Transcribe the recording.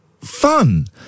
fun